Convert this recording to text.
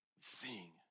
Sing